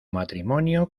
matrimonio